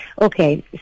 Okay